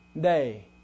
day